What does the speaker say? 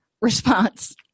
response